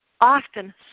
often